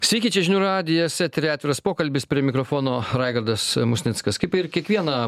sveiki čia žinių radijas eteryje atviras pokalbis prie mikrofono raigardas musnickas kaip ir kiekvieną